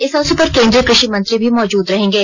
इस अवसर पर केंद्रीय कृषि मंत्री भी मौजूद रहेंगे